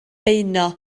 beuno